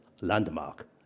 landmark